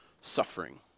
suffering